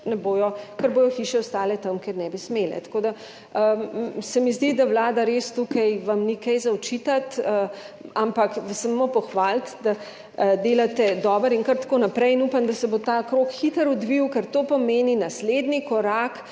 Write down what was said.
ker bodo hiše ostale, tam kjer ne bi smele. Tako, da se mi zdi, da Vlada res tukaj, vam ni kaj za očitati, ampak vas samo pohvaliti, da delate dobro in kar tako naprej in upam, da se bo ta krog hitro odvil, ker to pomeni naslednji korak